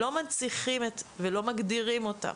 ולא מגדירים אותם,